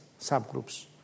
subgroups